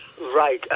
Right